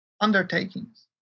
undertakings